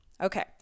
Okay